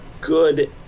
good